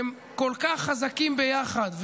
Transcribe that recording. הם כל כך חזקים ביחד,